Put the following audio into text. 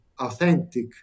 authentic